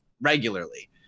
regularly